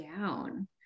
down